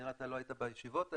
כנראה אתה לא היית בישיבות האלה,